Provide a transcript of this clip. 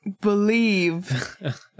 Believe